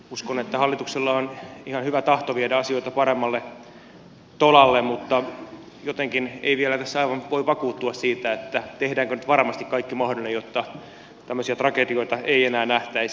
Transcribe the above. uskon että hallituksella on ihan hyvä tahto viedä asioita paremmalle tolalle mutta jotenkin ei vielä tässä aivan voi vakuuttua siitä tehdäänkö nyt varmasti kaikki mahdollinen jotta tämmöisiä tragedioita ei enää nähtäisi